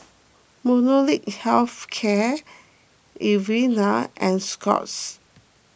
Molnylcke Health Care Avene and Scott's